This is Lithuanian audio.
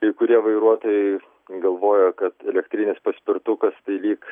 kai kurie vairuotojai galvoja kad elektrinis paspirtukas tai lyg